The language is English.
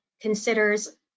considers